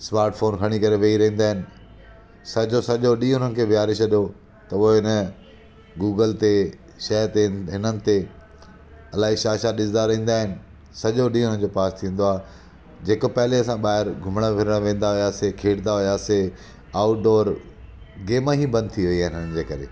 smartphone खणी करे वेही रहंदा आहिनि सॼो सॼो ॾींहुं हुननि खे वेहारे छॾियो त उहे इन गूगल ते शइ ते हिननि ते अलाए छा छा ॾिसंदा रहंदा आहिनि सॼो ॾींहुं हुन जो पास थींदो आहे जेको पहले असां ॿाहिरि घुमणु फिरणु वेंदा हुआसीं खेॾणु वेंदा हुआसीं खेॾंदा हुआसीं उहे आऊटडोर गेमा ही बंदि थी वई आहिनि हिननि जे करे